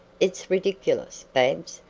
it's ridiculous, babs,